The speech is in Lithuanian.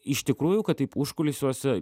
iš tikrųjų kad taip užkulisiuose